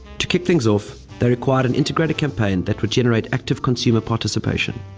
to kick things off, they required an integrated campaign that would generate active consumer participation.